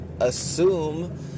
assume